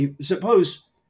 suppose